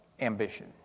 ambition